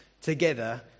together